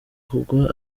kugwa